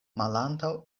malantaŭ